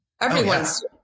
Everyone's